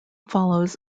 follows